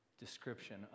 Description